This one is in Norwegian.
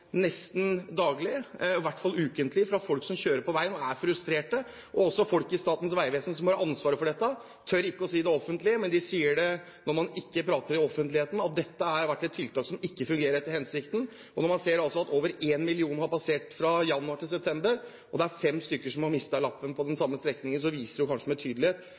nesten daglig, i hvert fall ukentlig, fra folk som kjører på veien, og som er frustrerte. Folk i Statens vegvesen, som har ansvaret for dette, tør ikke si det offentlig, men når man ikke prater i offentligheten, sier de at dette har vært et tiltak som ikke fungerer etter hensikten. Når man ser at over én million har passert her fra januar til september, og det er fem stykker som har mistet lappen på den samme strekningen, viser jo det tydelig at nå har faktisk teknologien kommet mye lenger; man ligger langt foran det med